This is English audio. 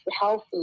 healthy